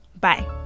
Bye